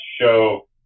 show